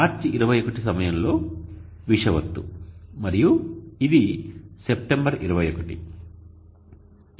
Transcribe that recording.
ఇది మార్చి 21సమయంలో విషువత్తు మరియు ఇది సెప్టెంబర్ 21